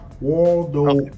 Waldo